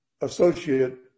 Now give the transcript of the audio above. associate